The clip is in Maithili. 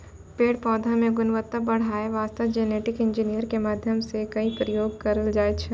पेड़ पौधा मॅ गुणवत्ता बढ़ाय वास्तॅ जेनेटिक इंजीनियरिंग के माध्यम सॅ कई प्रयोग करलो जाय छै